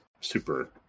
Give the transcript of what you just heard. super